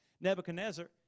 Nebuchadnezzar